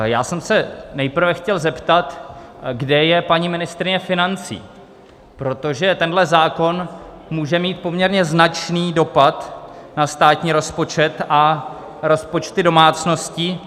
Já jsem se nejprve chtěl zeptat, kde je paní ministryně financí, protože tenhle zákon může mít poměrně značný dopad na státní rozpočet a rozpočty domácností.